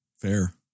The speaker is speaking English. Fair